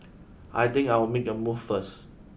I think I'll make a move first